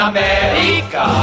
America